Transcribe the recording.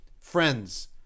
friends